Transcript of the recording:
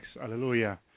Hallelujah